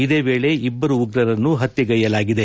ಇದೇ ವೇಳೆ ಇಬ್ಬರು ಉಗ್ರರನ್ನು ಹತ್ವೆಗೈಯಲಾಗಿದೆ